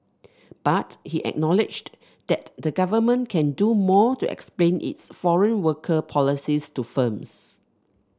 but he acknowledged that the Government can do more to explain its foreign worker policies to firms